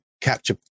capture